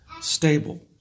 stable